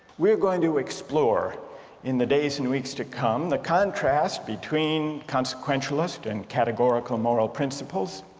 we're going to explore in the days and weeks to come the contrast between consequentialist and categorical moral principles.